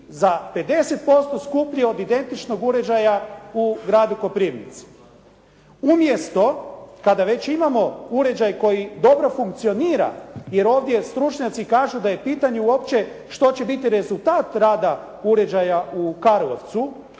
za 50% skuplji od identičnog uređaja u gradu Koprivnici. Umjesto kada već imamo uređaj koji dobro funkcionira jer ovdje stručnjaci kažu da je pitanje uopće što će biti rezultat rada uređaja u Karlovcu?